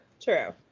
true